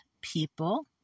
people